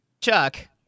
Chuck